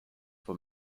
for